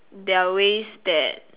there are ways that